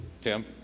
Tim